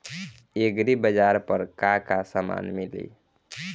एग्रीबाजार पर का का समान मिली?